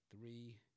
three